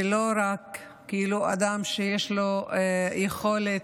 ולא רק אדם שיש לו יכולת